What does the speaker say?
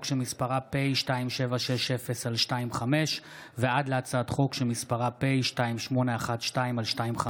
פ/2760/25 וכלה בהצעת חוק פ/2812/25: